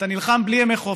אתה נלחם בלי ימי חופש,